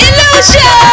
Illusion